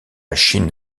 chine